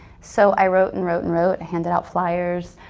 so i wrote and wrote and wrote handed out flyers,